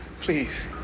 Please